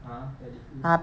(uh huh) paddy field